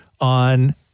on